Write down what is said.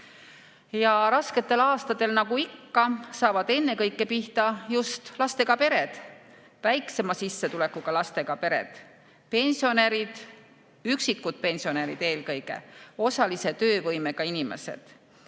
Ja rasketel aastatel, nagu ikka, saavad ennekõike pihta just lastega pered, väiksema sissetulekuga lastega pered, pensionärid, üksikud pensionärid eelkõige, osalise töövõimega inimesed